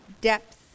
depth